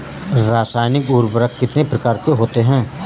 रासायनिक उर्वरक कितने प्रकार के होते हैं?